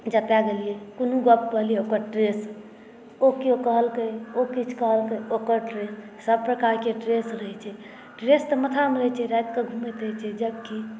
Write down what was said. जतय गेलियै कोनो गप कहलियै ओकर स्ट्रेस ओ किओ कहलकै ओ किछु कहलकै ओकर स्ट्रेस सभप्रकारके स्ट्रेस रहैत छै स्ट्रेस तऽ माथामे रहैत छै रातिकेँ घूमैत रहैत छै जबकि